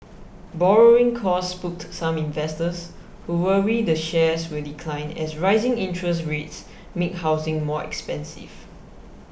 borrowing costs spooked some investors who worry the shares will decline as rising interest rates make housing more expensive